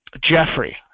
Jeffrey